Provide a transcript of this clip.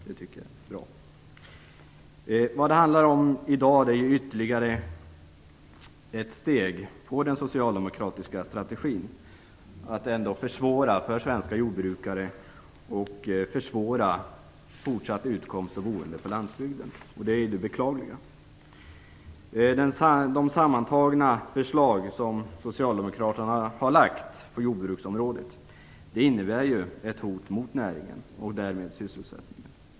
Jag tycker alltså att det är bra att jordbruksministern är här. I dag handlar det om ytterligare ett steg i den socialdemokratiska strategin. Det handlar om att försvåra för svenska jordbrukare och om att försvåra fortsatt utkomst och boende på landsbygden. Det är beklagligt. Sammantaget innebär de förslag på jordbruksområdet som Socialdemokraterna har lagt fram ett hot mot näringen och därmed mot sysselsättningen.